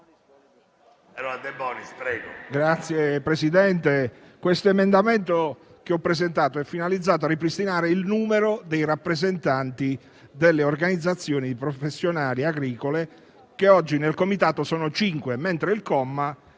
Signor Presidente, l'emendamento 5.100 da me presentato è finalizzato a ripristinare il numero dei rappresentanti delle organizzazioni professionali agricole, che oggi nel comitato sono cinque, mentre il comma